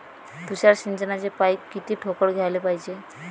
तुषार सिंचनाचे पाइप किती ठोकळ घ्याले पायजे?